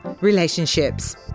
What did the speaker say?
relationships